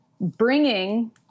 bringing